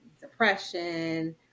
depression